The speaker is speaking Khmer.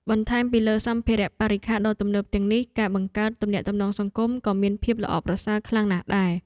បន្ថែមពីលើសម្ភារៈបរិក្ខារដ៏ទំនើបទាំងនេះការបង្កើតទំនាក់ទំនងសង្គមក៏មានភាពល្អប្រសើរខ្លាំងណាស់ដែរ។